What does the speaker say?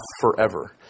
forever